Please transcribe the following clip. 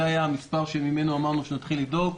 זה היה המספר שממנו אמרנו שנתחיל לדאוג,